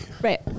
Right